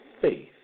faith